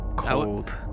cold